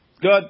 good